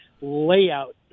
layout